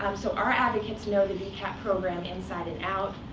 um so our advocates know the the vcap program inside and out,